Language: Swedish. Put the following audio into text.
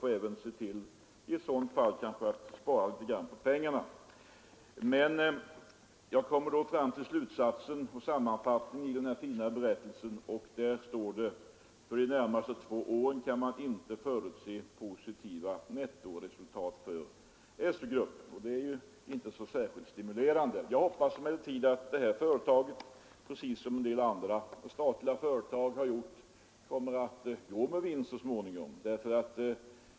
Ett enskilt företag får i ett sådant fall se till att spara på pengarna. Jag kommer nu fram till sammanfattningen i den här fina årsberättelsen. Där heter det: ”För de närmaste två åren kan man inte förutse positivt nettoresultat för SU-gruppen.” Det är inte särskilt stimulerande. Jag hoppas emellertid att detta företag, precis som en del andra statliga företag har gjort, kommer att gå med vinst så småningom.